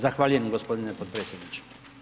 Zahvaljujem gospodine potpredsjedniče.